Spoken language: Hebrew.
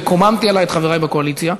וקוממתי עלי את חברי בקואליציה,